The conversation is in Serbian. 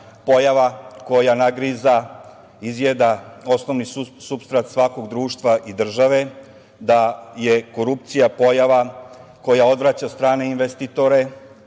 koja nagriza, izjeda osnovni supstrat svakog društva i države, da je korupcija pojava koja odvraća strane investitore,